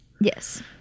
Yes